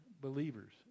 believers